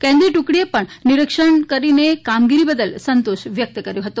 કેન્દ્રીય ટુકડીએ પણ નિરીક્ષણ કરીને કામગીરી બદલ સંતોષ વ્યકત કર્યો હતો